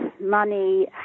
money